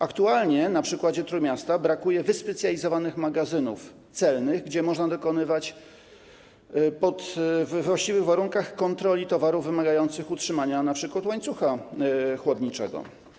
Aktualnie - mówię na przykładzie Trójmiasta - brakuje wyspecjalizowanych magazynów celnych, gdzie można dokonywać we właściwych warunkach kontroli towarów wymagających utrzymania np. łańcucha chłodniczego.